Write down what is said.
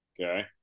Okay